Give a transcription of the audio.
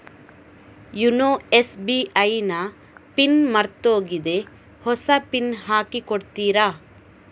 YONO SBI ನ pin ಮರ್ತೋಗಿದೆ ಹೊಸ ಪಿನ್ ಹಾಕಿ ಕೊಡ್ತೀರಾ?